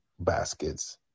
baskets